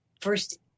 first